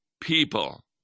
people